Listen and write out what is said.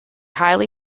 highly